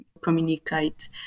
communicate